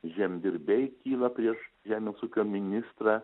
žemdirbiai kyla prieš žemės ūkio ministrą